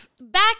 Back